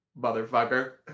Motherfucker